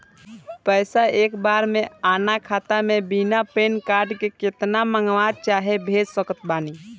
पैसा एक बार मे आना खाता मे बिना पैन कार्ड के केतना मँगवा चाहे भेज सकत बानी?